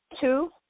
two